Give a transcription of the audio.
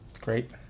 great